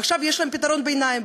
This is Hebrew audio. עכשיו יש להם פתרון ביניים,